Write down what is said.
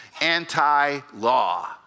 anti-law